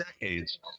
decades